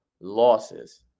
losses